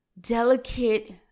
delicate